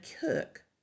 cook